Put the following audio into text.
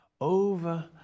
over